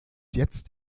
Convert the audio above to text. jetzt